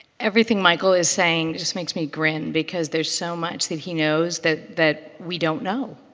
everything michael is saying just makes me grin because there's so much that he knows that that we don't know.